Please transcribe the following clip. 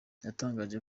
yatangaje